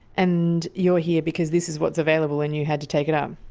and you're here because this is what's available and you had to take it up?